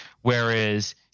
whereas